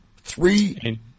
Three